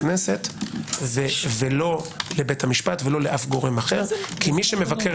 לכנסת ולא לבית המשפט או לאף גורם אחר כי מי שמבקר